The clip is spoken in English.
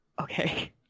okay